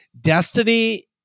destiny